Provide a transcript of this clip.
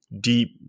deep